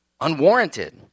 unwarranted